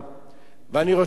ואני רוצה לומר לך,